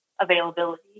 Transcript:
availability